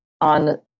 on